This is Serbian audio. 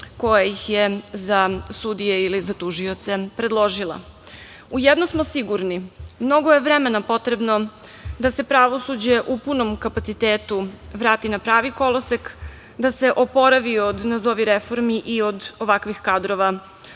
koja ih je za sudije ili tužioce predložila.U jedno smo sigurni, mnogo je vremena potrebno da se pravosuđe u punom kapacitetu vrati na pravi kolosek, da se oporavi od nazovi reformi i od ovakvih kadrova,